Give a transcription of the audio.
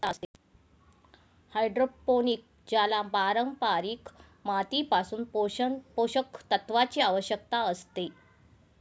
hydroponic ज्याला पारंपारिक मातीपासून पोषक तत्वांची आवश्यकता असते